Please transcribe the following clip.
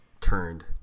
turned